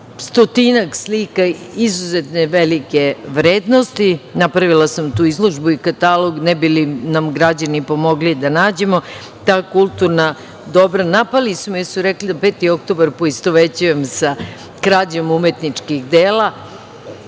stotinak slika izuzetne velike vrednosti. Napravila sam tu izložbu i katalog, ne bi li nam građani pomogli da nađemo ta kulturna dobra. Napali su me, jer su rekli da 5. oktobar poistovećujem sa krađom umetničkih dela.